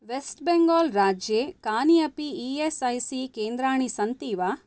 waste Bengal राज्ये कानि अपि ई एस् ऐ सी केन्द्राणि सन्ति वा